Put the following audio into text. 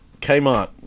kmart